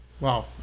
wow